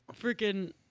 freaking